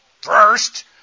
first